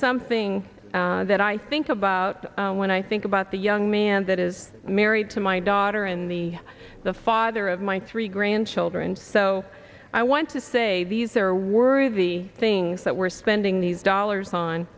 something that i think about when i think about the young man that is married to my daughter in the the father of my three grandchildren so i want to say these are worthy things that we're spending these dollars on